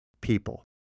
people